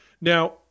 Now